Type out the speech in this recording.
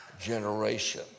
generation